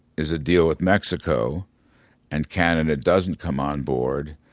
is a deal with mexico and canada doesn't come on board,